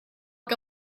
que